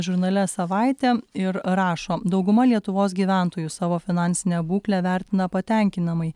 žurnale savaitė ir rašo dauguma lietuvos gyventojų savo finansinę būklę vertina patenkinamai